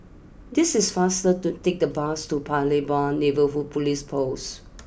it is faster to take the bus to Paya Lebar Neighbourhood police post